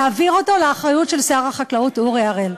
להעביר אותן לאחריות של שר החקלאות אורי אריאל.